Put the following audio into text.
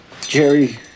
Jerry